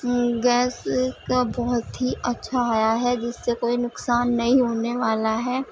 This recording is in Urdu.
گیس کا بہت ہی اچھائی یہ ہے جس سے کوئی نقصان نہیں ہونے والا ہے